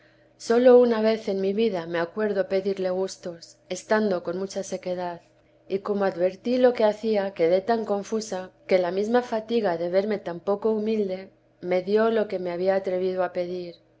sólo una vez en mi vida me acuerdo pedirle gustos estando con mucha sequedad y como advertí lo que hacía quedé tan confusa que la mesma fatiga de verme tan poco humilde me dio lo que me había atrevido a pedir